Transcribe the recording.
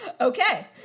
Okay